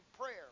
prayer